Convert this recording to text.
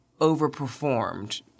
overperformed –